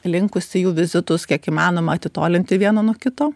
linkusi jų vizitus kiek įmanoma atitolinti vieną nuo kito